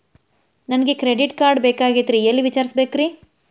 ನನಗೆ credit card ಬೇಕಾಗಿತ್ರಿ ಎಲ್ಲಿ ವಿಚಾರಿಸಬೇಕ್ರಿ?